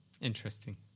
Interesting